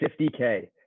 50K